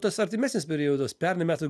tas artimesnis periodas pernai metų